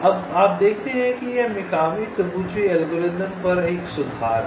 अब आप देखते हैं कि यह मिकामी तबूची एल्गोरिथ्म पर एक सुधार है